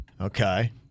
Okay